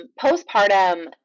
postpartum